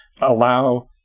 allow